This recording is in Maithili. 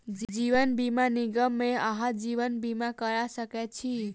जीवन बीमा निगम मे अहाँ जीवन बीमा करा सकै छी